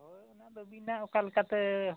ᱦᱳᱭ ᱚᱱᱟᱫᱚ ᱟᱹᱵᱤᱱᱟᱜ ᱚᱠᱟ ᱞᱮᱠᱟᱛᱮ